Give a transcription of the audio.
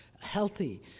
healthy